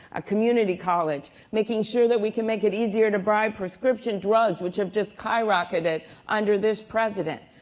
a community college. making sure that we can make it easier to buy prescription drugs, which have just skyrocketed under this president.